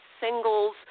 singles